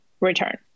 return